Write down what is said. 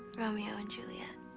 romeo and juliet.